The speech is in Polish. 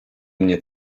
mnie